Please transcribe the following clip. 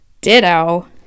Ditto